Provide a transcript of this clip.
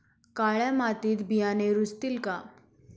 काळ्या मातीत बियाणे रुजतील का?